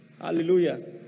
Hallelujah